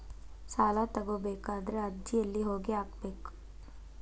ಸಾಲ ತಗೋಬೇಕಾದ್ರೆ ಅರ್ಜಿ ಎಲ್ಲಿ ಹೋಗಿ ಹಾಕಬೇಕು?